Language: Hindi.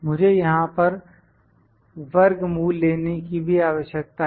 मुझे यहां पर वर्गमूल लेने की भी आवश्यकता है